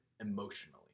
emotionally